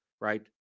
Right